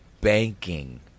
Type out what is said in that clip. banking